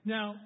Now